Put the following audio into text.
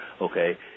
okay